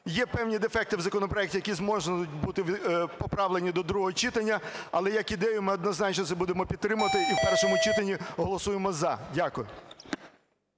Є певні дефекти в законопроекті, які можуть бути поправлені до другого читання, але як ідею ми однозначно це будемо підтримувати і в першому читанні голосуємо "за". Дякую.